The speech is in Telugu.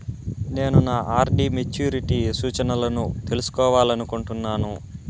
నేను నా ఆర్.డి మెచ్యూరిటీ సూచనలను తెలుసుకోవాలనుకుంటున్నాను